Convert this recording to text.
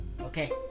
Okay